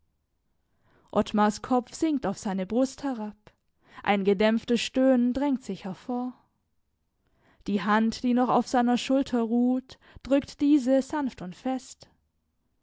ottmars kopf sinkt auf seine brust herab ein gedämpftes stöhnen drängt sich hervor die hand die noch auf seiner schulter ruht drückt diese sanft und fest